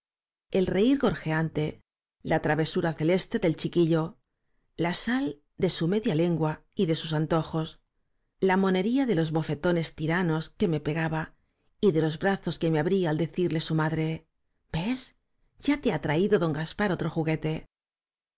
el reir gorjeante la travesura celeste del á chiquillo la sal de su media lengua y de sus antojos la monería de los bofetones tiranos que me pegaba y de los brazos que me abría al decirle su madre ves ya te ha traído don gaspar otro juguete